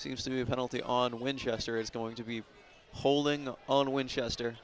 seems to me a penalty on winchester is going to be holding on winchester